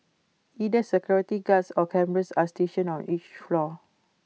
either security guards or cameras are stationed on each floor